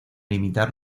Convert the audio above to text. limitar